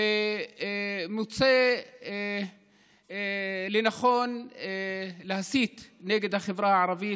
והוא מוצא לנכון להסית נגד החברה הערבית,